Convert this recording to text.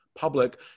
public